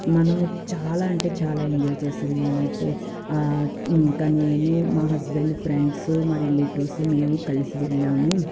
మనము చాలా అంటే చాలా ఎంజాయ్ చేశాను నేనైతే ఇంకా నేను మా హస్బెండ్ ఫ్రెండ్సు మా రిలేటివ్స్ మేము కలిసి వెళ్ళాము